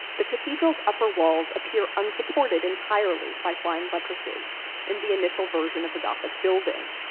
the cathedral's upper walls appear unsupported entirely by flying buttresses in the initial version of the gothic building.